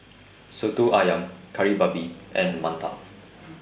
Soto Ayam Kari Babi and mantou